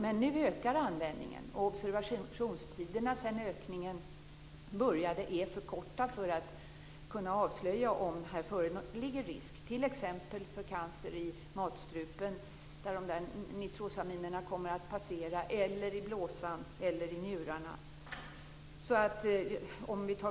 Men nu ökar användningen. Observationstiderna sedan ökningen började är dock för korta för att kunna avslöja om här föreligger risk t.ex. för cancer i matstrupen, där nitrosaminerna kommer att passera, i blåsan eller i njurarna.